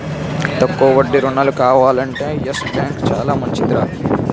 తక్కువ వడ్డీ రుణాలు కావాలంటే యెస్ బాంకు చాలా మంచిదిరా